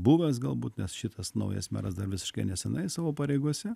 buvęs galbūt nes šitas naujas meras dar visiškai nesenai savo pareigose